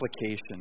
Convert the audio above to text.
Application